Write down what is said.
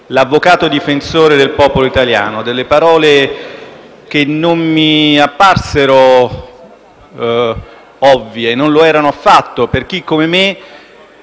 l'avvocato difensore del popolo italiano, delle parole che non mi parvero ovvie. Non lo erano affatto, per chi come me